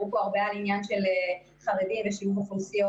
דיברו פה הרבה על עניין של חרדים ושילוב אוכלוסיות.